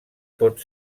pot